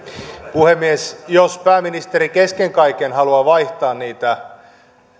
puhemies jos pääministeri kesken kaiken haluaa vaihtaa niitä